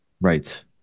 Right